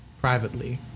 privately